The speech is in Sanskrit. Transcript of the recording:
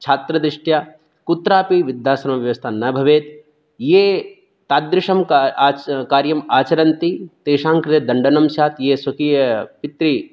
छात्रदृष्ट्या कुत्रापि वृद्धाश्रमव्यवस्था न भवेत् ये तादृशं कार्यम् आचरन्ति तेषां कृते दण्डनं स्यात् ये स्वकीय पित्रि